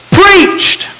preached